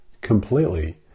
completely